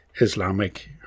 Islamic